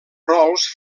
rols